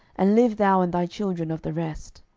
and live thou and thy children of the rest.